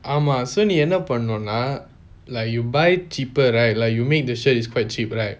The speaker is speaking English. ஆமாaama so நீ என்ன பன்னனும்னா :nee enna pannanumna like you buy cheaper right like you make the shirt is quite cheap right